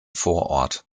vorort